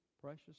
precious